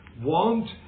want